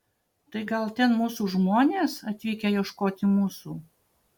tai gal ten mūsų žmonės atvykę ieškoti mūsų